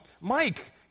Mike